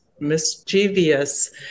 mischievous